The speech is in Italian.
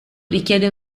richiede